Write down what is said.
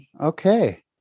Okay